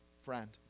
friend